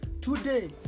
Today